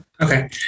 Okay